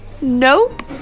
Nope